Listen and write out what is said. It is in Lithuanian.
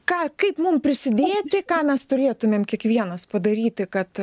ką kaip mum prisidėti ką mes turėtumėm kiekvienas padaryti kad